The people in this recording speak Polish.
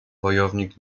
wojownik